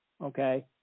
okay